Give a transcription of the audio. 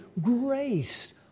grace